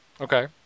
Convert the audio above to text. Okay